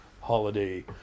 holiday